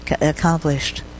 accomplished